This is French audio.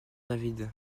david